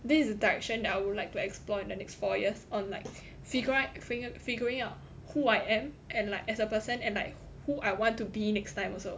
this is the direction that I would like to explore in the next four years on like figure figur~ figuring out who I am and like as a person and like who I want to be next time also